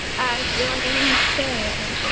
i feel like everyone's staring at me.